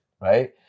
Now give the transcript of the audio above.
right